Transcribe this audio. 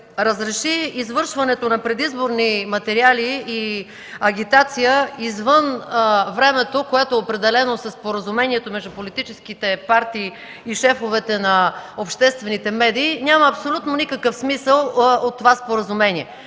разреши извършването на предизборни материали и агитация извън времето, определено със споразумението между политическите партии и шефовете на обществените медии, няма абсолютно никакъв смисъл от това споразумение.